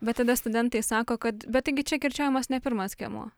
bet tada studentai sako kad bet tai gi čia kirčiuojamas ne pirmas skiemuo